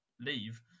leave